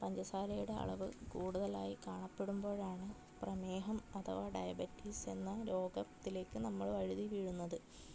പഞ്ചസാരയുടെ അളവ് കൂടുതലായി കാണപ്പെടുമ്പോഴാണ് പ്രമേഹം അഥവാ ഡയബറ്റിസ് എന്ന രോഗത്തിലേക്ക് നമ്മൾ വഴുതി വീഴുന്നത്